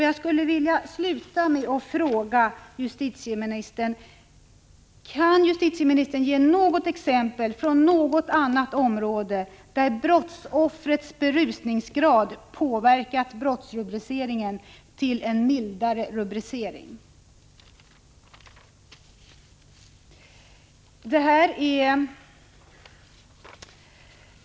Jag skulle vilja sluta med att fråga: Kan justitieministern ge ett exempel från något annat område där brottsoffrets berusningsgrad har påverkat brottsrubriceringen så att den har blivit mildare?